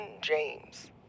James